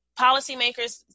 policymakers